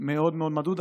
מאוד מאוד מדוד.